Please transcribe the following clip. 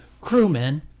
Crewmen